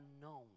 unknown